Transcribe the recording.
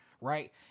right